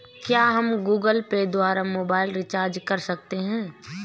क्या हम Google Pay द्वारा मोबाइल रिचार्ज कर सकते हैं?